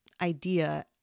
idea